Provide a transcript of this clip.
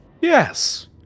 Yes